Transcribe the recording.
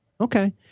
Okay